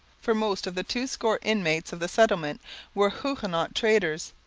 for most of the twoscore inmates of the settlement were huguenot traders.